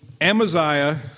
Amaziah